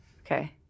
Okay